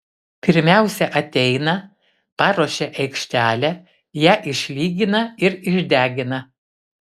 pirmiausia ateina paruošia aikštelę ją išlygina ir išdegina